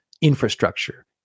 infrastructure